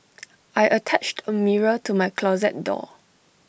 I attached A mirror to my closet door